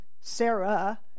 Sarah